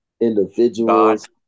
individuals